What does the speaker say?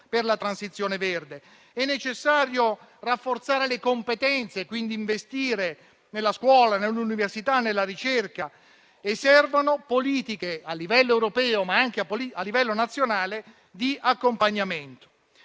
per la transizione verde. È necessario rafforzare le competenze e quindi investire nella scuola, nell'università e nella ricerca. Servono politiche, a livello europeo, ma anche nazionale, di accompagnamento.